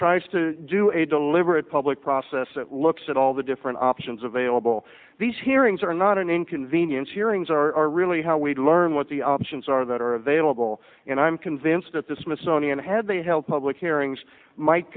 tries to do a deliberate public process that looks at all the different options available these hearings are not an inconvenience hearings are really how we learn what the options are that are available and i'm convinced at the smithsonian had they help public hearings might